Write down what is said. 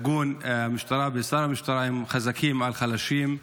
המשטרה ושר המשטרה הם חזקים על חלשים,